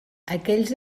aquells